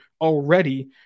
already